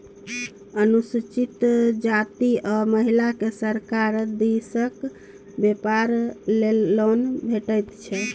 अनुसूचित जाती आ महिलाकेँ सरकार दिस सँ बेपार लेल लोन भेटैत छै